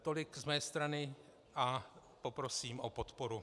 Tolik z mé strany a poprosím o podporu.